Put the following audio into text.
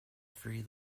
free